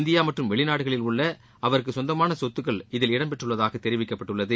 India மற்றும் வெளிநாடுகளில் உள்ள அவருக்குச் சொந்தமான சொத்துக்கள் இதில் இடம்பெற்றுள்ளதாக தெரிவிக்கப்பட்டுள்ளது